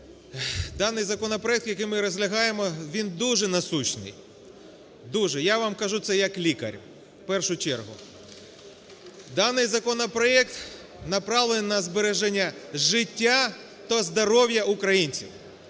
Даний законопроект, який ми розглядаємо, він дуже насущний, дуже. Я вам кажу це як лікар в першу чергу. Даний законопроект направлений на збереження життя та здоров'я українців.